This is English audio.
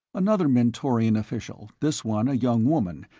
another mentorian official, this one a young woman,